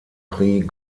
prix